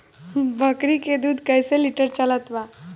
बकरी के दूध कइसे लिटर चलत बा?